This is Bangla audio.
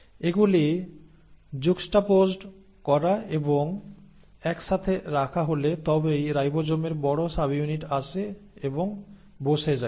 এগুলি যুক্সতাপোজ করা এবং একসাথে রাখা হলে তবেই রাইবোজোমের বড় সাবইউনিট আসে এবং বসে যায়